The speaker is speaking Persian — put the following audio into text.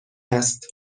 است